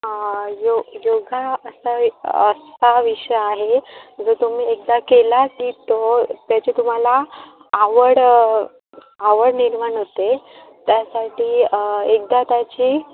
यो योगा असावी असा विषय आहे जो तुम्ही एकदा केला की तो त्याची तुम्हाला आवड आवड निर्माण होते त्यासाठी एकदा त्याची